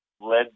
led